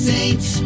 Saints